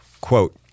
quote